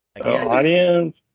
Audience